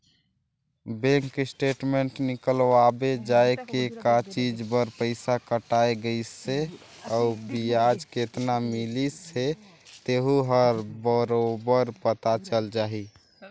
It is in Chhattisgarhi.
बेंक स्टेटमेंट निकलवाबे जाये के का चीच बर पइसा कटाय गइसे अउ बियाज केतना मिलिस हे तेहू हर बरोबर पता चल जाही